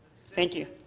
thank you.